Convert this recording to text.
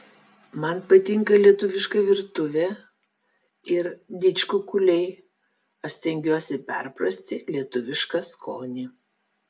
man patinka lietuviška virtuvė ir didžkukuliai aš stengiuosi perprasti lietuvišką skonį